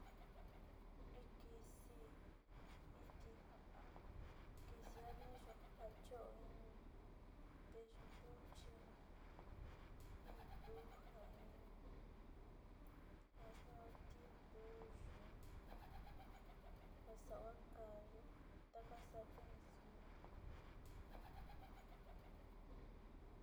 Ntaka kisi ku jakuechi o jana´anu chi jatniñuyo ja cho´o in nteyu ntuchi nteyu ntichi te ntaka kisi na´anu chi orre in viko kajatniñu sava kanta kika ntaka ñayivi ñu.